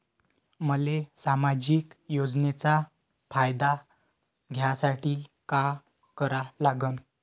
मले सामाजिक योजनेचा फायदा घ्यासाठी काय करा लागन?